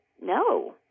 no